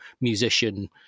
musician